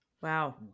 Wow